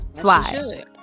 fly